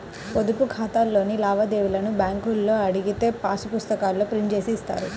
పొదుపు ఖాతాలోని లావాదేవీలను బ్యేంకులో అడిగితే పాసు పుస్తకాల్లో ప్రింట్ జేసి ఇస్తారు